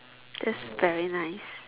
that's very nice